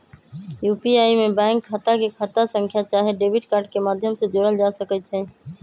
UPI में bank खता के खता संख्या चाहे डेबिट कार्ड के माध्यम से जोड़ल जा सकइ छै